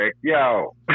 yo